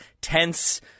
tense